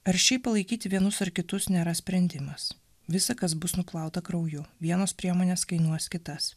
aršiai palaikyti vienus ar kitus nėra sprendimas visa kas bus nuplauta krauju vienos priemonės kainuos kitas